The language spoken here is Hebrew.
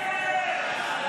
הצבעה.